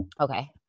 Okay